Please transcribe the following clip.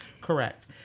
Correct